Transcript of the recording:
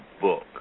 book